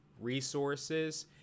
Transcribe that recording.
resources